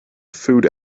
food